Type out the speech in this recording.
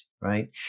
right